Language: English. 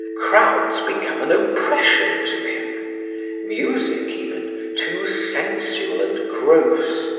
crowds become an oppression to him music even, too sensual and gross.